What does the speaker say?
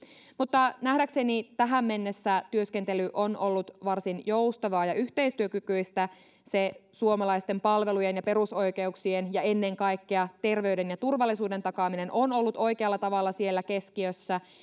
mutta nähdäkseni tähän mennessä työskentely on ollut varsin joustavaa ja yhteistyökykyistä se suomalaisten palvelujen ja perusoikeuksien ja ennen kaikkea terveyden ja turvallisuuden takaaminen on ollut oikealla tavalla siellä keskiössä